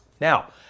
Now